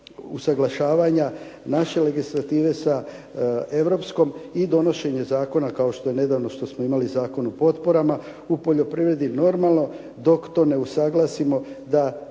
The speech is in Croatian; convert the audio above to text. usuglašavanja naše legislative sa europskom i donošenja zakona kao što smo nedavno imali Zakon o potporama u poljoprivredi, normalno dok to ne usuglasimo